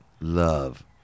love